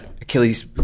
Achilles